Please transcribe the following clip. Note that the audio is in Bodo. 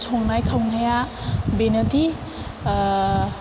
संनाय खावनाया बेनोदि